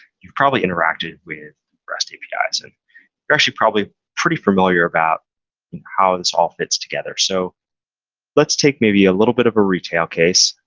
you've probably interacted with rest apis and you're actually probably pretty familiar about how this all fits together. so let's take maybe a little bit of a retail case.